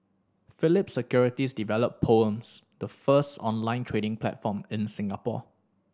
Phillip Securities developed Poems the first online trading platform in Singapore